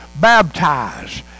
baptize